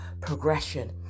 progression